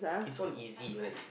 this one easy right